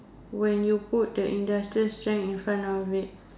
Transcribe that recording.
when you put the industrial strength in front of it